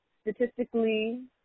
statistically